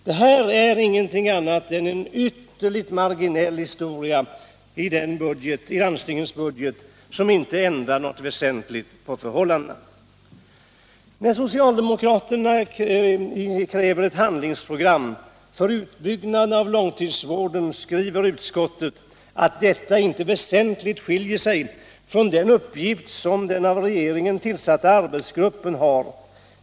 Detta är ingenting annat än en ytterligt marginell historia i landstingens budget som inte ändrar något väsentligt på förhållandena. När socialdemokraterna kräver ett handlingsprogram för utbyggnad av långtidsvården skriver utskottet att detta inte väsentligt skiljer sig från den uppgift som den av regeringen tillsatta arbetsgruppen har.